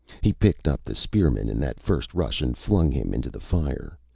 he picked up the spearman in that first rush and flung him into the fire.